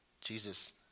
Jesus